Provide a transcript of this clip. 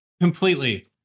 Completely